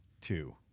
two